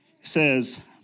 says